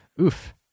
Oof